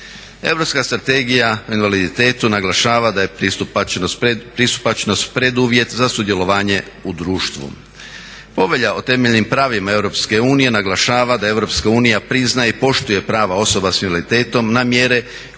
Europska strategija o invaliditetu naglašava da je pristupačnost preduvjet za sudjelovanje u društvu. Povelja o temeljnim pravima EU naglašava da EU priznaje i poštuje prava osoba s invaliditetom na mjere kojima je